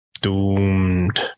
doomed